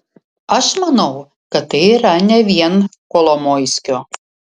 aš manau kad tai yra ne vien kolomoiskio